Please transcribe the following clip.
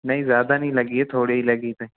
नहीं ज़्यादा नहीं लगी है थोड़े ही लगी है